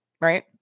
right